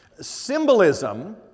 Symbolism